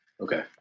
Okay